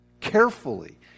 carefully